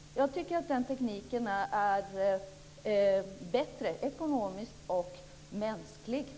Jag tycker att den tekniken är bättre ekonomiskt och mänskligt.